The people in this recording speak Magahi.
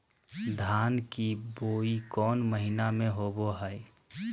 धान की बोई कौन महीना में होबो हाय?